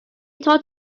told